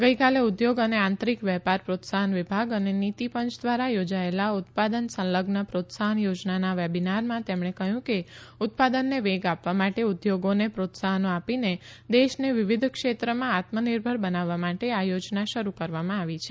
ગઇકાલે ઉદ્યોગ અને આંતરિક વેપાર પ્રોત્સાહન વિભાગ અને નીતિ પંય દ્વારા થોજાએલા ઉત્પાદન સંલઝન પ્રોત્સાહન યોજનાના વેબિનારમાં તેમણે કહ્યું કે ઉત્પાદનને વેગ આપવા માટે ઉદ્યોગોને પ્રોત્સાહનો આપીને દેશને વિવિધ ક્ષેત્રમાં આત્મનિર્ભર બનાવવા માટે આ યોજના શરૂ કરવામાં આવી છે